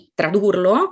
tradurlo